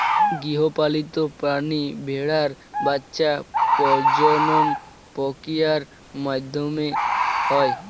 গৃহপালিত প্রাণী ভেড়ার বাচ্ছা প্রজনন প্রক্রিয়ার মাধ্যমে হয়